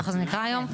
ככה זה נקרא היום.